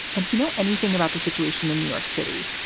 and if you know anything about the situation in new york city,